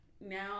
now